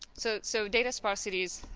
so so data sparsity is